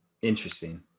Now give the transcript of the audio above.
Interesting